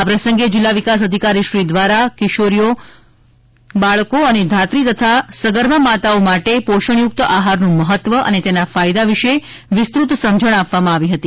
આ પ્રસંગે જિલ્લા વિકાસ અધિકારીશ્રી દ્વારા કિશોરી બાળકો અને ધાત્રી તથા સગર્ભા માતાઓ માટે પોષણયુક્ત આહારનું મહત્વ અને તેના ફાયદા વિશે વિસ્તૃત સમજણ આપવામાં આવી હતી